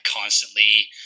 constantly